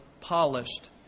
polished